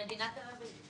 במדינת תל אביב.